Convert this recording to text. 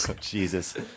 Jesus